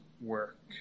work